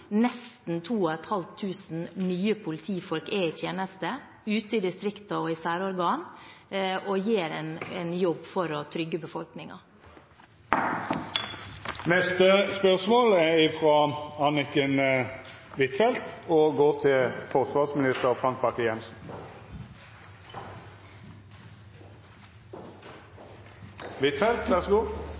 Nesten 2 500 nye politifolk er i tjeneste ute i distriktene og i særorgan og gjør en jobb for å trygge befolkningen. Vi går då til spørsmål